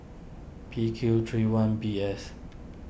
P Q three one B S